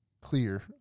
clear